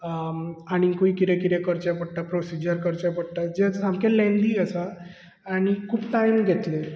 आनीकूय कितें कितें करचे पडटा प्रोसिजर करचे पडटा जे सामके लेंदी आसा आनी खूब टायम घेतले